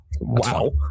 wow